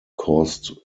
caused